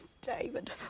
David